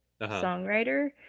songwriter